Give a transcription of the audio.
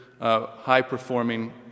high-performing